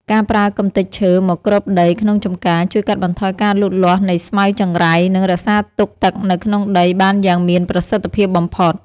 ការប្រើកម្ទេចឈើមកគ្របដីក្នុងចម្ការជួយកាត់បន្ថយការលូតលាស់នៃស្មៅចង្រៃ និងរក្សាទុកទឹកនៅក្នុងដីបានយ៉ាងមានប្រសិទ្ធភាពបំផុត។